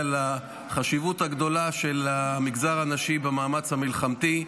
לחשיבות הגדולה של המגזר הנשי במאמץ המלחמתי,